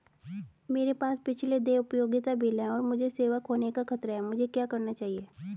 मेरे पास पिछले देय उपयोगिता बिल हैं और मुझे सेवा खोने का खतरा है मुझे क्या करना चाहिए?